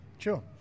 Sure